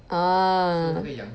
ah